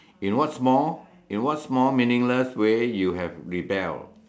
you know what's more you know what's more meaningless way you have rebel